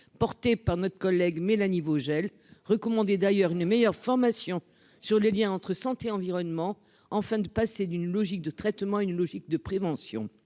porté par notre collègue Mélanie Vogel recommandé d'ailleurs une meilleure formation sur les Liens entre santé environnement en fin de passer d'une logique de traitement, une logique de prévention,